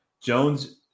Jones